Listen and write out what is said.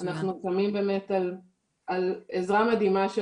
אנחנו בונים באמת על עזרה מדהימה של